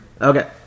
Okay